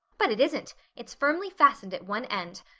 but it isn't it's firmly fastened at one end.